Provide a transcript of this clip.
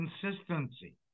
Consistency